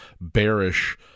bearish